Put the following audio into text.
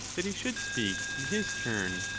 that he should speak in his turn,